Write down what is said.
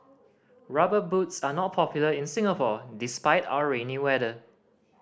Rubber Boots are not popular in Singapore despite our rainy weather